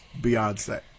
Beyonce